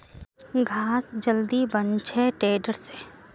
घास जल्दी बन छे टेडर से